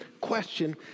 question